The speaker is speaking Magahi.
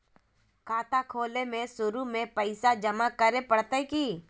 खाता खोले में शुरू में पैसो जमा करे पड़तई की?